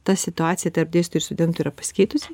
ta situacija tarp dėstytojų ir studentų yra pasikeitusi